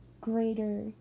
greater